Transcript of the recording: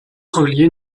sanglier